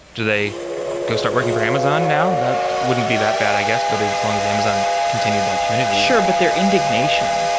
do they go start working for amazon now? that wouldn't be that bad, i guess, but as long as amazon continued that community sure, but their indignation.